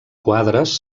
quadres